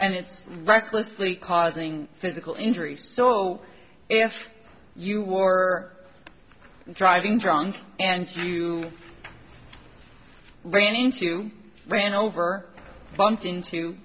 it's recklessly causing physical injury so if you were driving drunk and you ran into ran over bumped into